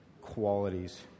qualities